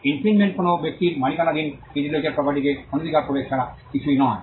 infringement কোনও ব্যক্তির মালিকানাধীন ইন্টেলেকচুয়াল প্রপার্টিকে অনাধিকার প্রবেশ ছাড়া কিছুই নয়